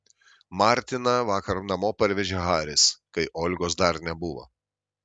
martiną vakar namo parvežė haris kai olgos dar nebuvo